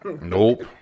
Nope